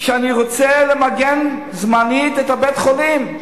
שאני רוצה למגן זמנית את בית-החולים,